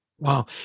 Wow